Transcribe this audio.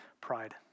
pride